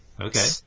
Okay